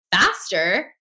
faster